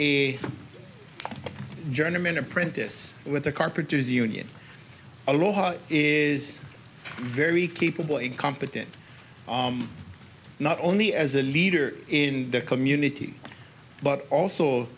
a journeyman apprentice with the carpenters union aloha is very capable and competent not only as a leader in the community but also